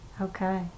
Okay